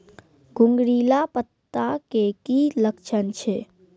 घुंगरीला पत्ता के की लक्छण छै?